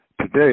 Today